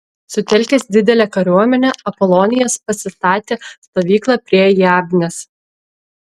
sutelkęs didelę kariuomenę apolonijas pasistatė stovyklą prie jabnės